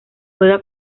juega